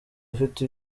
ufite